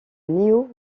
néo